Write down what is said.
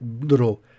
little